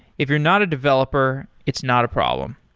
if you're not a developer, it's not a problem.